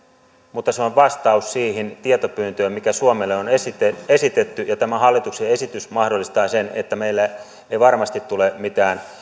mutta se on vastaus siihen tietopyyntöön mikä suomelle on esitetty esitetty ja tämä hallituksen esitys mahdollistaa sen että meille ei varmasti tule mitään